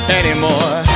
anymore